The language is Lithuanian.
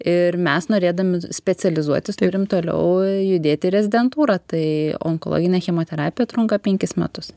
ir mes norėdami specializuotis turim toliau judėti į rezidentūrą tai onkologinė chemoterapija trunka penkis metus